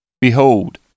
Behold